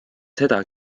seda